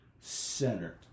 Center